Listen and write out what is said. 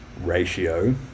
ratio